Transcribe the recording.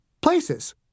Places